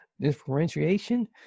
differentiation